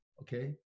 Okay